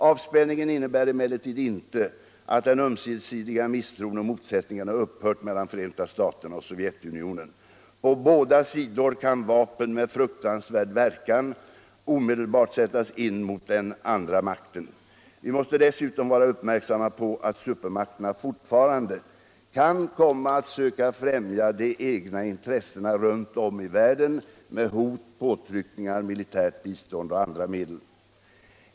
Avspänningen innebär emellertid inte att den ömsesidiga misstron och motsättningarna upphört mellan Förenta staterna och Sovjetunionen. På båda sidor kan vapen med fruktansvärd verkan omedelbart sättas in mot den andra makten. Vi måste dessutom vara uppmärksamma på att supermakterna fortfarande kan komma att söka främja de egna intressena runt om i världen med hot, påtryckningar, militärt bistånd och andra medel.